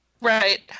Right